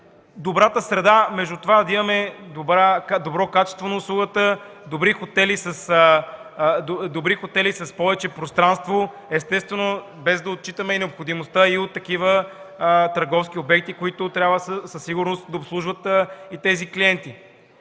добрата среда между това да имаме добро качество на услугата, добри хотели с повече пространство? Естествено, без да отчитаме необходимостта от такива търговски обекти, които със сигурност трябва да обслужват и тези клиенти.